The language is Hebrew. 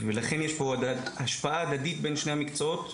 לכן יש השפעה הדדית בין שני המקצועות,